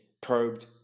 probed